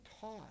taught